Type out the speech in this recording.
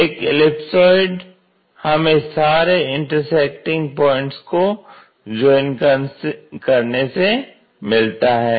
यह एलिपसॉयड हमें सारे इंटरसेक्टिंग पॉइंट्स को जॉइन करने से मिलता है